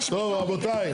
טוב רבותיי,